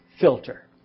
filter